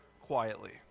quietly